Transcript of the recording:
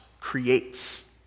creates